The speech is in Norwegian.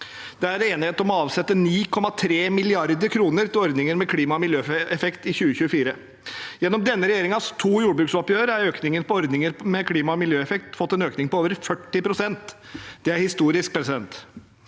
Det er enighet om å avsette 9,3 mrd. kr til ordninger med klima- og miljøeffekt i 2024. Gjennom denne regjeringens to jordbruksoppgjør har ordninger med klima- og miljøeffekt fått en økning på over 40 pst. Det er historisk.